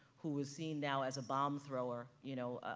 who was seen now as a bomb thrower, you know,